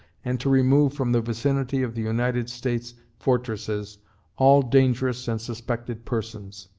and to remove from the vicinity of the united states fortresses all dangerous and suspected persons.